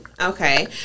Okay